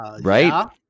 Right